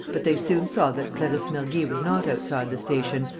but they soon saw that clarisse mergy was not outside the station,